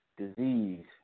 disease